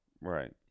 Right